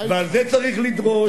ועל זה צריך לדרוש.